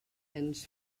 ens